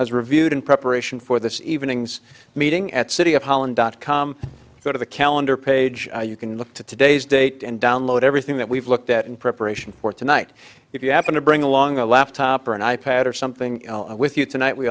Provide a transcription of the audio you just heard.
has reviewed in preparation for this evening's meeting at city of holland dot com go to the calendar page you can look to today's date and download everything that we've looked at in preparation for tonight if you happen to bring along a laptop or an i pad or something with you tonight we